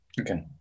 Okay